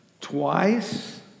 twice